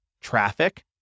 traffic